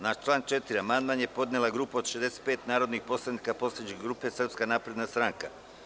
Na član 4. amandman je podnela grupa od 65 narodnih poslanika poslaničke grupe Srpska napredna stranka.